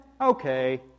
okay